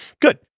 Good